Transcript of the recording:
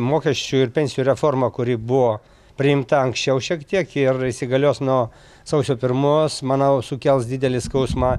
mokesčių ir pensijų reforma kuri buvo priimta anksčiau šiek tiek ir įsigalios nuo sausio pirmos manau sukels didelį skausmą